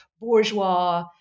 bourgeois